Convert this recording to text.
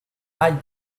aïe